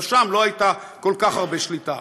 גם שם לא הייתה כל כך הרבה שליטה.